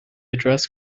address